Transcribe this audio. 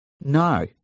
No